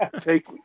take